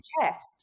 chest